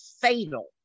fatal